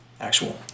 Actual